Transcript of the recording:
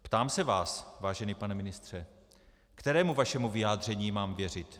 Ptám se vás, vážený pane ministře, kterému vašemu vyjádření mám věřit.